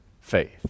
faith